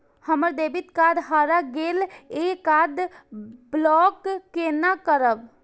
हमर debit card हरा गेल ये कार्ड ब्लॉक केना करब?